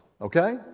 okay